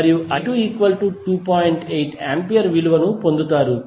8A విలువను పొందుతారు